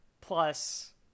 plus